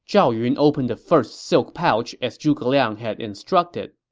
zhao yun opened the first silk pouch as zhuge liang had instructed.